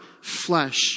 flesh